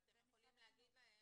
אבל אתם יכולים להגיד להם,